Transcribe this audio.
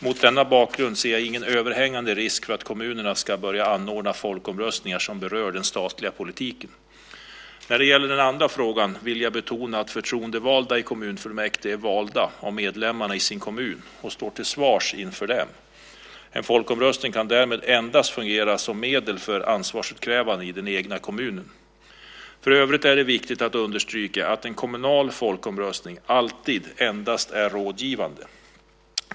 Mot denna bakgrund ser jag ingen överhängande risk för att kommunerna ska börja anordna folkomröstningar som berör den statliga politiken. När det gäller den andra frågan vill jag betona att förtroendevalda i kommunfullmäktige är valda av medlemmarna i sin kommun och står till svars inför dem. En folkomröstning kan därmed endast fungera som medel för ansvarsutkrävande i den egna kommunen. För övrigt är det viktigt att understryka att en kommunal folkomröstning alltid endast är rådgivande.